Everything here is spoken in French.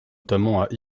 notamment